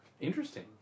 Interesting